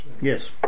yes